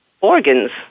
organs